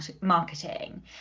marketing